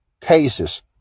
cases